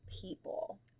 people